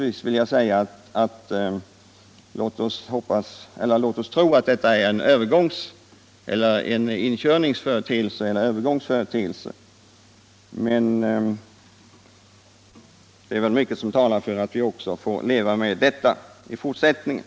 Låt oss hoppas att detta är en övergångsföreteelse, men mycket talar tyvärr för att vi får leva med detta även i fortsättningen.